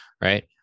Right